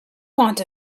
want